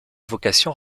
vocation